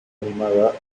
animada